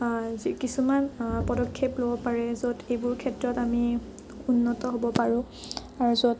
কিছুমান পদক্ষেপ ল'ব পাৰে য'ত এইবোৰ ক্ষেত্ৰত আমি উন্নত হ'ব পাৰোঁ আৰু য'ত